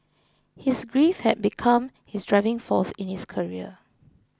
his grief had become his driving force in his career